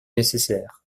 nécessaire